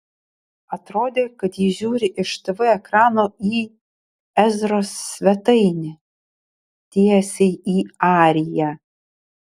atrodė kad ji žiūri iš tv ekrano į ezros svetainę tiesiai į ariją